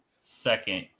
second